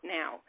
now